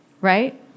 Right